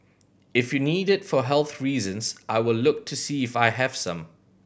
if you need it for health reasons I will look to see if I have some